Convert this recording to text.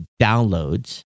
downloads